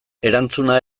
erantzuna